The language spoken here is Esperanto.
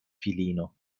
filino